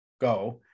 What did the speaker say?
go